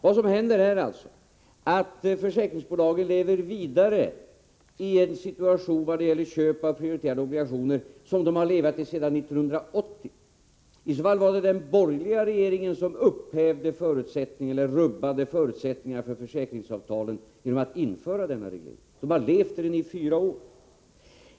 Vad som händer är att försäkringsbolagen lever vidare i en situation när det gäller köp av prioriterade obligationer som de har haft sedan 1980. I så fall var det den borgerliga regeringen som rubbade förutsättningarna för försäkringsavtalen genom att införa denna reglering. Den har funnits i fyra år.